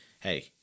hey